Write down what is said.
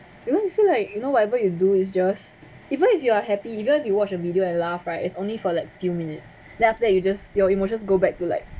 because you feel like you know whatever you do it's just even if you are happy even if you watch a video and laugh right it's only for like few minutes then after that you just your emotions go back to like